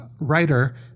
writer